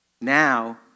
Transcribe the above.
Now